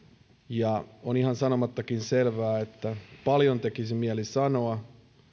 ja on ihan sanomattakin selvää että paljon tekisi mieli sanoa